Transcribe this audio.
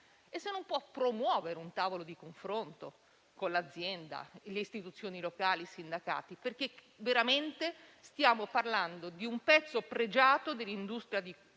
se non può promuovere un tavolo di confronto con l'azienda, le istituzioni locali e i sindacati, perché stiamo veramente parlando di un pezzo pregiato dell'industria della nostra Nazione,